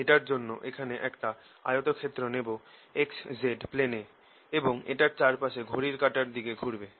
এটার জন্য এখানে একটা আয়তক্ষেত্র নেব xz প্লেনে এবং এটার চারপাশে ঘড়ির কাটার দিকে ঘুরবে